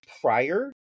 prior